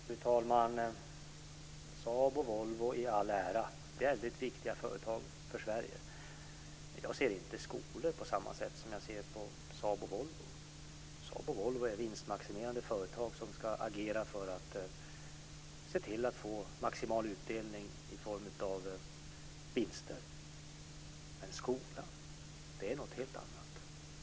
Fru talman! Saab och Volvo i all ära - de är väldigt viktiga företag för Sverige. Men jag ser inte skolor på samma sätt som jag ser Saab och Volvo. Saab och Volvo är vinstmaximerande företag som ska agera för få maximal utdelning i form av vinster. Skolan är något helt annat.